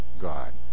God